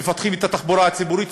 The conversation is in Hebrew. מפתחים את התחבורה הציבורית,